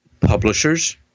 publishers